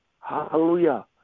Hallelujah